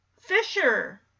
Fisher